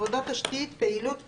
"עבודות תשתית" פעילות פיתוח,